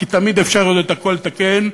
כי תמיד אפשר עוד את הכול לתקן,